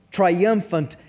triumphant